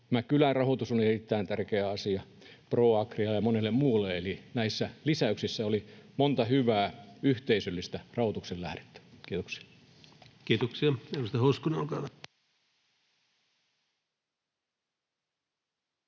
kylärahoitus on erittäin tärkeä asia, ProAgrialle ja monelle muulle. Eli näissä lisäyksissä oli monta hyvää yhteisöllistä rahoituksen lähdettä. — Kiitoksia. Kiitoksia.